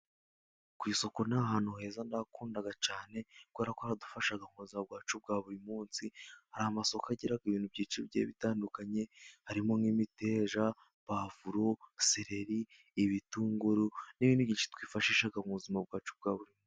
Ku isoku ni ahantu heza ndakunda cyane, kubera ko haradufasha mu buzima bwacu bwa buri munsi. Hari amasoko agira ibintu byinshi bigiye bitandukanye, harimo nk'imiteja, puwavuro, sereri, ibitunguru n'ibindi byinshi twifashisha mu buzima bwacu bwa buri munsi.